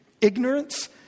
ignorance